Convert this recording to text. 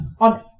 on